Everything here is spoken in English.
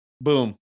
Boom